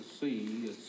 see